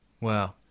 Wow